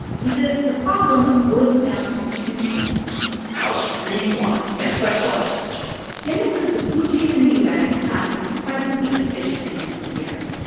he says the problem boils down to two things how streamlined and specialized things are daniel says the food chain in the u s. has gotten incredibly efficient in recent years.